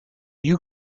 you